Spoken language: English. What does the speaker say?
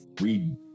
read